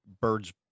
birds